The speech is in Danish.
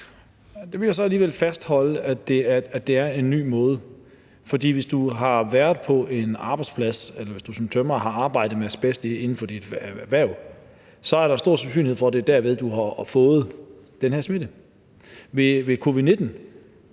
(NB): Jeg vil så alligevel fastholde, at det er en ny måde. For hvis du f.eks. som tømrer har arbejdet med asbest inden for dit erhverv, er der stor sandsynlighed for, at det er derved, du har fået sygdommen. Ved covid-19